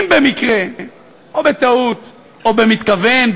אם במקרה או בטעות או במתכוון,